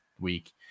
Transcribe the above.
week